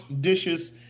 dishes